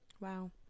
Wow